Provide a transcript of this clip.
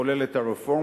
לחולל את הרפורמה,